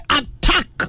attack